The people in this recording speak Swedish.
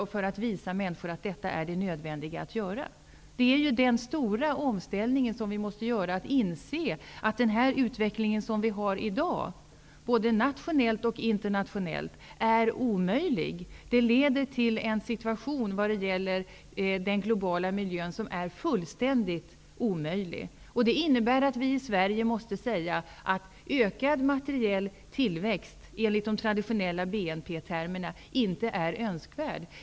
Då visar vi människor att detta är nödvändigt att göra. Vi måste inse att den utveckling som vi har i dag, både nationellt och internationellt, är omöjlig. Den leder till en situation, när det gäller den globala miljön, som är fullständigt omöjlig. Det innebär att vi i Sverige måste säga att ökad materiell tillväxt enligt de traditionella BNP-termerna inte är önskvärd.